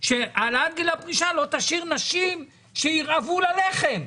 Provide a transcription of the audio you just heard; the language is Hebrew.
שהעלאת גיל הפרישה לא ישאיר נשים שירעבו ללחם.